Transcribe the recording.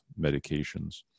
medications